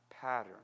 pattern